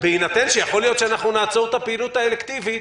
בהינתן שיכול להיות שנעצור את הפעילות האלקטיבית,